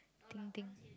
thing thing